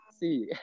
see